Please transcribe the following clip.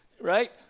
Right